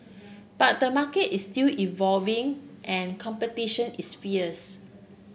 but the market is still evolving and competition is fierce